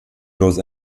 los